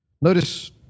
Notice